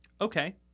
Okay